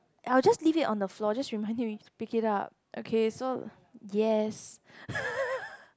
I will just leave it on the floor just remind me to pick it up okay so yes